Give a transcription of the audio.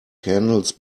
candles